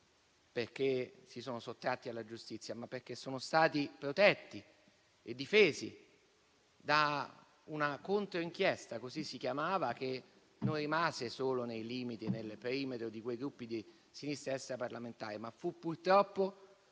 perché si sono sottratti alla giustizia, ma perché sono stati protetti e difesi da una controinchiesta (così si chiamava) che non rimase solo nel perimetro di quei gruppi della sinistra extraparlamentare, ma fu purtroppo